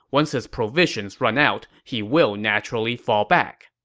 once his provisions run out, he will naturally fall back.